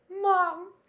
mom